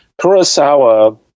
kurosawa